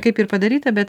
kaip ir padaryta bet